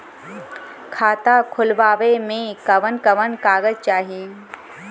खाता खोलवावे में कवन कवन कागज चाही?